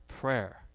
prayer